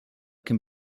can